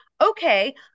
Okay